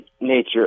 nature